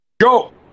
Go